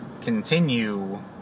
continue